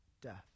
death